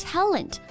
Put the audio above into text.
Talent